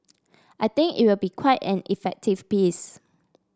I think it will be quite an effective piece